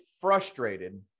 frustrated